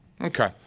Okay